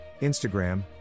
Instagram